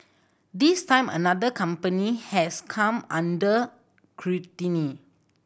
this time another company has come under